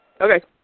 Okay